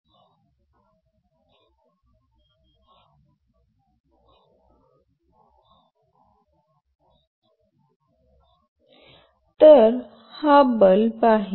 तर हा बल्ब आहे